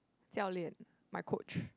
Jiao-Lian my coach